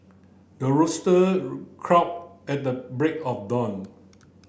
the rooster crow at the break of dawn